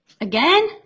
Again